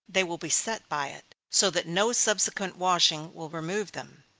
they will be set by it, so that no subsequent washing will remove them.